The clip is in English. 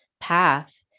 path